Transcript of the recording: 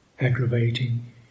aggravating